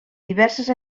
diverses